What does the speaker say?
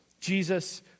Jesus